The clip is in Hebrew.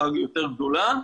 היותר גדולה,